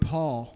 Paul